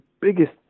biggest